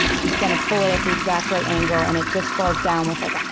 she's going to pull it at the exact right angle and it just falls down with like a